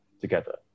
together